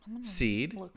seed